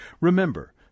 Remember